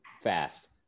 fast